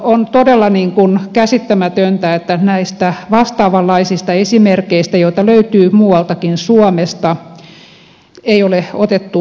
on todella käsittämätöntä että näistä vastaavanlaisista esimerkeistä joita löytyy muualtakin suomesta ei ole otettu opiksi